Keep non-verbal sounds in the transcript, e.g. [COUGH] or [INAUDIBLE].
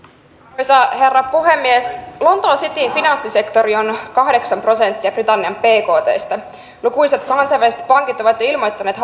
arvoisa herra puhemies lontoon cityn finanssisektori on kahdeksan prosenttia britannian bktstä lukuisat kansainväliset pankit ovat jo ilmoittaneet [UNINTELLIGIBLE]